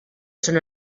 són